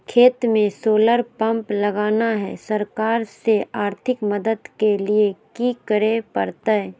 खेत में solar pump लगाना है, सरकार से आर्थिक मदद के लिए की करे परतय?